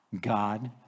God